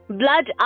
blood